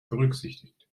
berücksichtigt